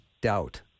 doubt